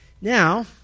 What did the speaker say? Now